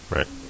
Right